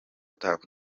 tuff